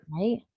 Right